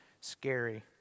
scary